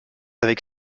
avec